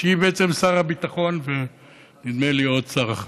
שהיא בעצם שר הביטחון ונדמה לי עוד שר אחד.